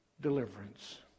deliverance